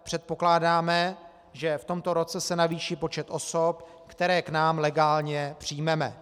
Předpokládáme, že v tomto roce se navýší počet osob, které k nám legálně přijmeme.